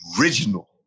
original